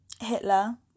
Hitler